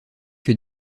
que